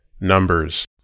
numbers